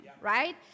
right